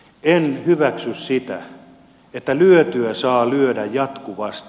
en hyväksy sitä että lyötyä saa lyödä jatkuvasti